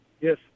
Yes